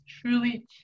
truly